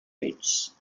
routes